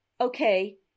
okay